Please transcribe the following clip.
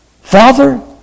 Father